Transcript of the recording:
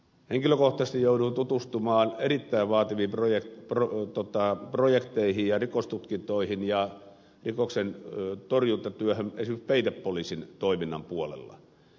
henkilökohtaisesti jouduin tutustumaan erittäin vaativiin projekteihin ja rikostutkintoihin ja rikoksentorjuntatyöhön esimerkiksi peitepoliisin toiminnan puolella